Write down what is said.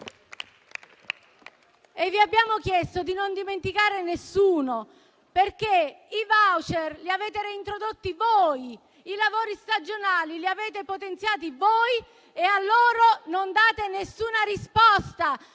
Vi abbiamo chiesto di non dimenticare nessuno perché i *voucher* li avete reintrodotti voi, i lavori stagionali li avete potenziati voi e a questi lavoratori non date nessuna risposta.